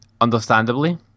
Understandably